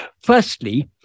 Firstly